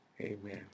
Amen